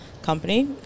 company